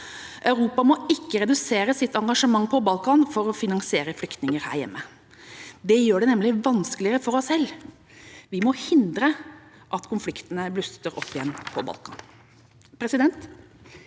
Europa må ikke redusere i sitt engasjement på Balkan for å finansiere flyktninger her hjemme. Det gjør det nemlig vanskeligere for oss selv. Vi må forhindre at konfliktene på Balkan blusser